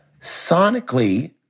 sonically